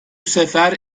sefer